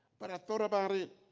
but i thought about it,